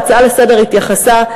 ההצעה לסדר-היום התייחסה,